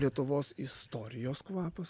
lietuvos istorijos kvapas